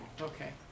Okay